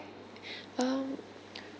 um